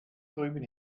drüben